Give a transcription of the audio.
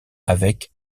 avec